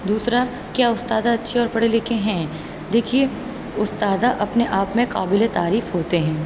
دوسرا کیا استاد اچھے اور پڑھے لکھے ہیں دیکھیے استاد اپنے آپ میں قابلِ تعریف ہوتے ہیں